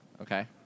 Okay